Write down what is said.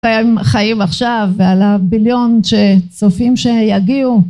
חיים עכשיו ועל הבליון שצופים שיגיעו